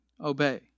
obey